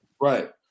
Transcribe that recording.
Right